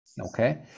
Okay